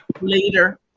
Later